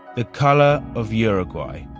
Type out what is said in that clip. the color of uruguay.